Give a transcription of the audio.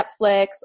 Netflix